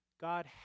God